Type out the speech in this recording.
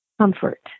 Comfort